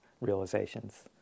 realizations